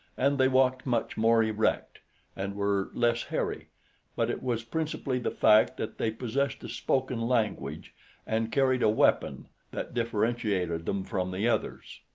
and they walked much more erect and were less hairy but it was principally the fact that they possessed a spoken language and carried a weapon that differentiated them from the others.